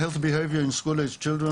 Health Behavior in School-aged Children,